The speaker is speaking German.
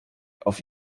auf